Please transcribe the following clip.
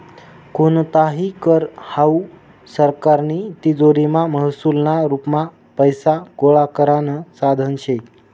कोणताही कर हावू सरकारनी तिजोरीमा महसूलना रुपमा पैसा गोळा करानं साधन शे